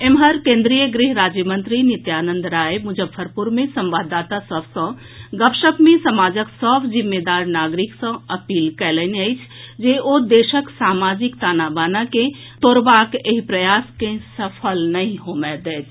एम्हर केन्द्रीय गृह राज्य मंत्री नित्यानंद राय मुजफ्फरपुर मे संवाददाता सभ सँ गपशप मे समाजक सभ जिम्मेदार नागरिक सँ अपील कयलनि अछि जे ओ देशक सामाजिक ताना बाना के तोड़बाक एहि प्रयास के सफल नहि होमय देथि